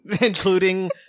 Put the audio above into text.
Including